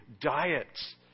diets